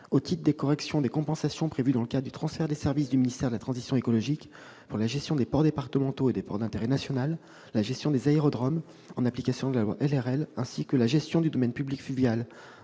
au titre des corrections des compensations prévues dans le cadre du transfert des services du ministère de la transition écologique et solidaire, chargés de la gestion des ports départementaux et des ports d'intérêt national, de la gestion des aérodromes, en application de la loi LRL, ainsi que de la gestion du domaine public fluvial